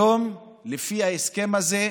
היום לפי ההסכם הזה,